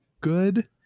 good